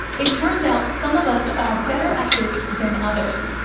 it turns out some of us are better at this than others.